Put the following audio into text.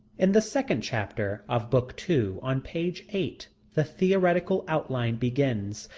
in the second chapter of book two, on page eight, the theoretical outline begins,